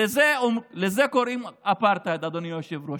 לזה קוראים אפרטהייד, אדוני היושב-ראש.